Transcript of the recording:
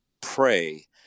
pray